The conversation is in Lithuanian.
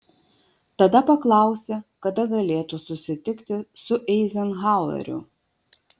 tada paklausė kada galėtų susitikti su eizenhaueriu